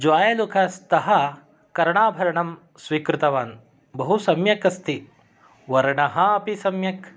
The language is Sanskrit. जाय्लुकास्तः कर्णाभरणं स्वीकृतवान् बहुसम्यक् अस्ति वर्णः अपि सम्यक्